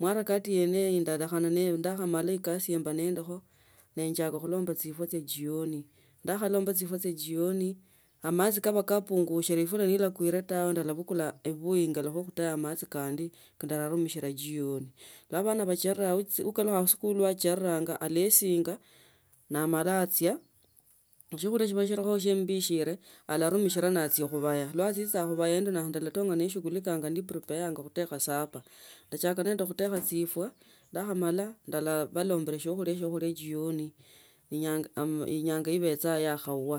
mwarakati yeneyo ndalakha nee ndakhamala ekasi yemba nendikho nenjaka okhulomba etsifwa tsya jioni. ndakhalomba tsifwa tsya jinni amatsi kava nikapungushire ifula niikhava niyikwile taw. navukula evuvuyi engalushe endeye amatsi kandi kanalarumishira jioni. Lwa vana vajeree ukalukha khusukulu lwachereranga alesinga. namely a tsya khuvaya. lwatsitsanga khuvaya ndio nandalatonga neshughulikanga neprepeyanga khutekha sapa ndachaka nende khutekha etsifwa ndakhamala. ndavalombila ehsakhulia jioni enya, ama inyanyasa ivetsanga niyakhwawa.